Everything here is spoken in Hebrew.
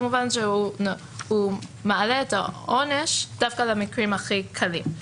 הוא מעלה את העונש דווקא למקרים הכי קלים.